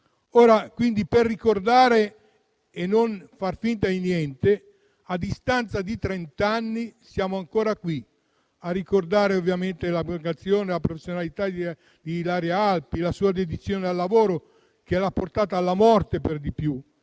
Per ricordare e non far finta di niente, a distanza di trent'anni siamo ancora qui a ricordare l'abnegazione e la professionalità di Ilaria Alpi, la sua dedizione al lavoro che l'ha portata alla morte. Bisogna